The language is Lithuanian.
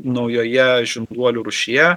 naujoje žinduolių rūšyje